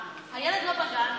הילד לא בגן,